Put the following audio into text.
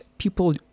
People